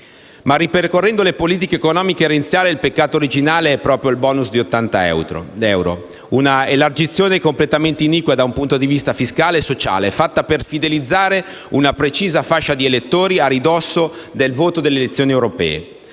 Ripercorrendo le politiche economiche renziane, il peccato originale è stato proprio il *bonus* di 80 euro, una elargizione completamente iniqua dal punto di vista fiscale e sociale, fatta per fidelizzare una precisa fascia di elettori a ridosso del voto delle elezioni europee.